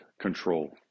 control